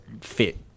fit